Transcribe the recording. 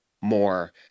more